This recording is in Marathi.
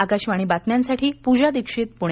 आकाशवाणी बातम्यांसाठी पूजा दीक्षित पुणे